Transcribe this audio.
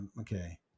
okay